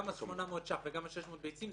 גם ה-800 ש"ח וגם ה-600 ביצים,